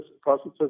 processes